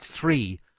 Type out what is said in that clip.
three